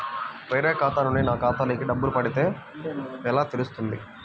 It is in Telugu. వేరే ఖాతా నుండి నా ఖాతాలో డబ్బులు పడితే ఎలా తెలుస్తుంది?